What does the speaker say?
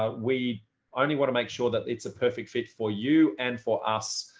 ah we only want to make sure that it's a perfect fit for you and for us.